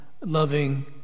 loving